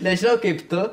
nežinau kaip tu